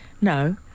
No